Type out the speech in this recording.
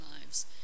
lives